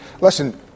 Listen